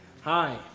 Hi